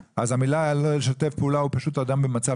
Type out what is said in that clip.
המילה לא לשתף פעולה הוא פשוט אדם במצב